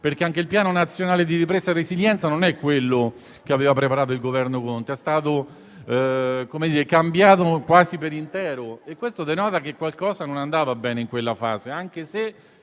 Paese. Anche il Piano nazionale di ripresa e resilienza non è quello preparato dal Governo Conte, ma è stato cambiato quasi per intero e ciò denota che qualcosa non andava bene in quella fase, anche se